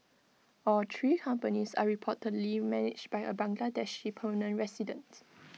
all three companies are reportedly managed by A Bangladeshi permanent resident